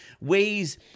ways